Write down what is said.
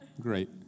great